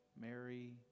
Mary